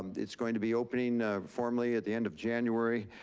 and it's going to be opening formally at the end of january.